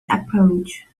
approach